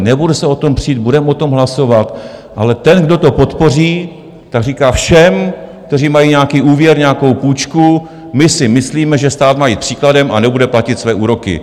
Nebudeme se o tom přít, budeme o tom hlasovat, ale ten, kdo to podpoří, říká všem, kteří mají nějaký úvěr, nějakou půjčku: My si myslíme, že stát má jít příkladem a nebude platit své úroky.